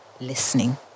listening